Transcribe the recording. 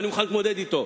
ואני מוכן להתמודד אתו.